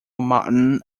mountain